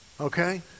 Okay